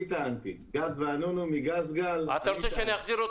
אתה מדבר על